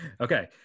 Okay